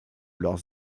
leurs